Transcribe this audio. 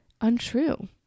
untrue